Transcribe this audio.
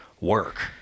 work